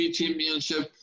Championship